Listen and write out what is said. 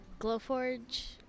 Glowforge